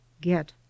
get